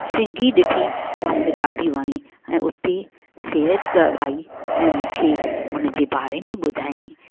सिंगी ॾिठी उहा मूंखे ॾाढी वणी ऐं उते सेल्स गल आईं ऐं मूंखे हुनजे बारे में ॿुधायई